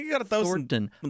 Thornton